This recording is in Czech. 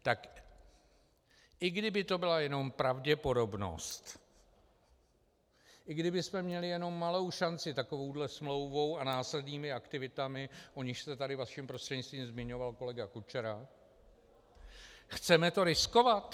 Tak i kdyby to byla jenom pravděpodobnost, i kdybychom měli jenom malou šanci takovouto smlouvou a následnými aktivitami, o nichž se tady vaším prostřednictvím zmiňoval kolega Kučera chceme to riskovat?